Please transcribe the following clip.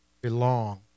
belong